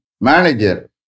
manager